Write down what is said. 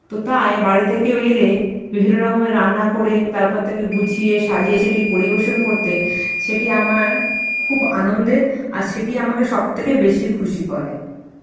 তো তাই বাড়িতে কেউ এলে বিভিন্ন রকমের রান্না করে তারপর তাকে গুছিয়ে সাজিয়ে সেটি পরিবেশন করতে সেটি আমার খুব আনন্দের আর সেটি আমাকে সব থেকে বেশি খুশি করে